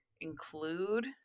include